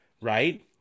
right